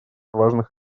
важных